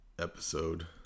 episode